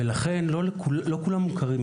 לכן לא כולם מוכרים.